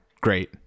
great